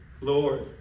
Lord